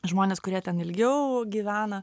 žmones kurie ten ilgiau gyvena